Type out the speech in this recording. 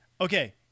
Okay